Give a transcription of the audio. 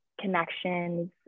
connections